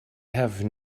have